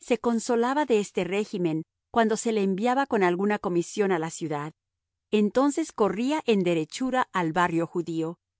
se consolaba de este régimen cuando se le enviaba con alguna comisión a la ciudad entonces corría en derechura al barrio judío